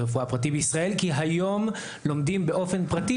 לרפואה בישראל כי היום לומדים באופן פרטי.